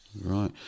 Right